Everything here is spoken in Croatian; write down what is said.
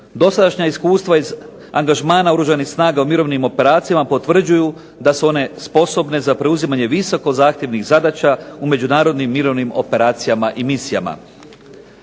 Dosadašnja iskustva iz angažmana Oružanih snaga u mirovnim operacijama potvrđuju da su one sposobne za preuzimanje visoko zahtjevnih zadaća u međunarodnim mirovnim misijama i operacijama.